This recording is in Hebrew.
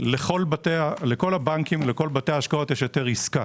לכל הבנקים, לכל בתי ההשקעות יש היתר עסקה.